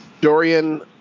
Dorian